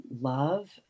love